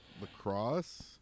Lacrosse